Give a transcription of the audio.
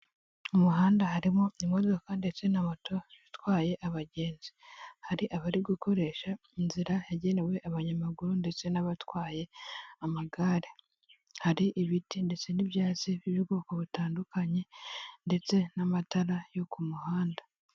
Umuhanda harimo imodoka ndetse na moto itwaye abagenzi, hari abari gukoresha inzira yagenewe abanyamaguru ndetse n'abatwaye amagare, hari ibiti ndetse n'ibyatsi by'ubwoko butandukanye ndetse n'amatara yo ku muhanda.